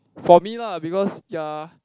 for me lah because ya